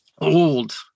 old